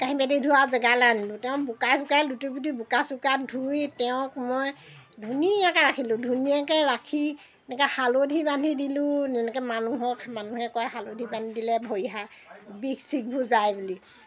কাঁহী বাতি ধোৱা জেগালৈ আনিলোঁ তেওঁ বোকাৰে চোকাৰে লুতুৰি পুতুৰি বোকা চোকা ধুই তেওঁক মই ধুনীয়াকৈ ৰাখিলোঁ ধুনীয়াকৈ ৰাখি এনেকৈ হালধি বান্ধি দিলোঁ যেনেকৈ মানুহক মানুহে কয় হালধি বান্ধি দিলে ভৰি হাত বিষ চিষবোৰ যায় বুলি